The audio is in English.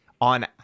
on